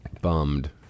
bummed